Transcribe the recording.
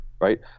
right